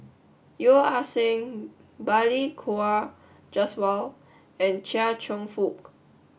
Yeo Ah Seng Balli Kaur Jaswal and Chia Cheong Fook